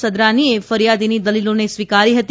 સદરાનીએ કરીયાદીની દલીલોને સ્વીકારી હતી